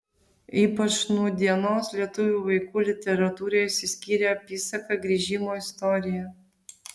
ypač nūdienos lietuvių vaikų literatūroje išsiskyrė apysaka grįžimo istorija